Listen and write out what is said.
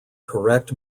correct